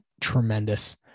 tremendous